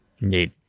Indeed